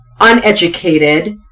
uneducated